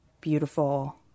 beautiful